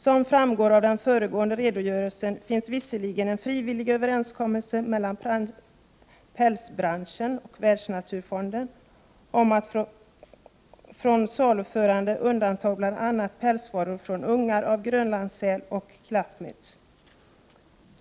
Som framgår av den föregående redogörelsen finns visserligen en frivillig överenskommelse mellan pälsbranschen och världsnaturfonden om att från saluförande undanta bl.a. pälsvaror från ungar av grönlandssäl och klappmyts.